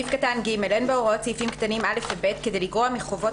"(ג)אין בהוראות סעיפים קטנים (א) ו־(ב) כדי לגרוע מחובות